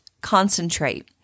concentrate